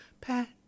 Pat